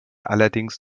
allerdings